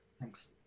Thanks